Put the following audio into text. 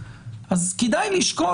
אז כדאי לשקול,